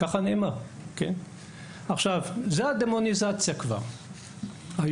דוגמאות לדמוניזציה: א׳